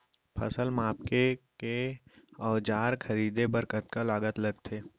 फसल मापके के औज़ार खरीदे बर कतका लागत लगथे?